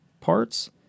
parts